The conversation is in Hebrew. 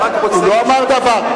הוא לא אמר דבר.